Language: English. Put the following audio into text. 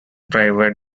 private